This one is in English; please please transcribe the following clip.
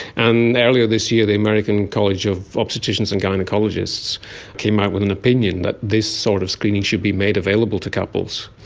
and earlier this year the american college of obstetricians and gynaecologists came out with an opinion that this sort of screening should be made available to couples.